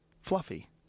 Fluffy